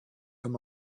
them